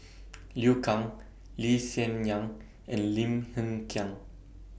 Liu Kang Lee Hsien Yang and Lim Hng Kiang